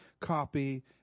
copy